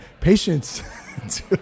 patience